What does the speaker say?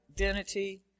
identity